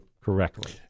correctly